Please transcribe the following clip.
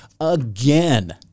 again